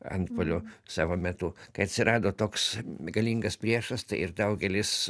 antpuoliu savo metu kai atsirado toks galingas priešas tai ir daugelis